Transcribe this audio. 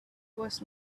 was